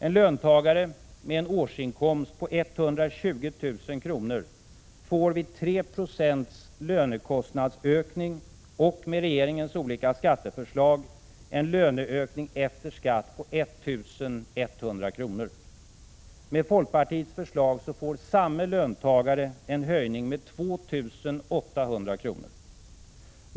En löntagare med en årsinkomst på 120 000 kr. får vid 3 926 lönekostnadsökning och med regeringens olika skatteförslag en löneökning efter skatt på ca 1 100 kr. Med folkpartiets förslag får samme löntagare en höjning med 2 800 kr.